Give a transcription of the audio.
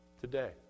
Today